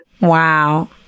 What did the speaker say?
Wow